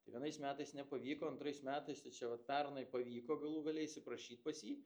tai vienais metais nepavyko antrais metais tai čia vat pernai pavyko galų gale įsiprašyt pas jį